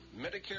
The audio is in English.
Medicare